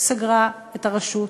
סגרה את הרשות,